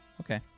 Okay